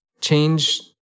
change